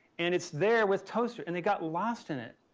and it's there with toasters. and it got lost in it.